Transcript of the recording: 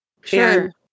Sure